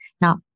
now